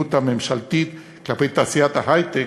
המדיניות הממשלתית כלפי תעשיית ההיי-טק,